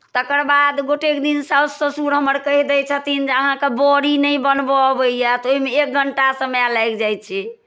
तकर बाद गोटेक दिन सासु ससुर हमर कहि दै छथिन जे अहाँकेँ बड़ी नहि बनबय अबैए तऽ ओहिमे एक घण्टा समय लागि जाइ छै